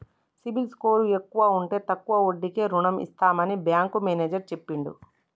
CIBIL score ఎక్కువ ఉంటే తక్కువ వడ్డీకే రుణం ఇస్తామని బ్యాంకు మేనేజర్ చెప్పిండు